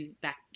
back